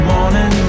Morning